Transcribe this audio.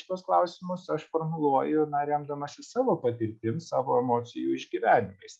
šituos klausimus aš formuluoju na remdamasis savo patirtim savo emocijų išgyvenimais